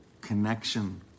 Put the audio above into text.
Connection